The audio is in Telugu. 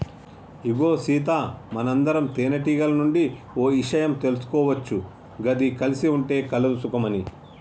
ఇగో సీత మనందరం తేనెటీగల నుండి ఓ ఇషయం తీసుకోవచ్చు గది కలిసి ఉంటే కలదు సుఖం అని